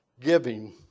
Giving